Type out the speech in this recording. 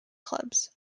clubs